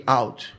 out